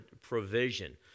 provision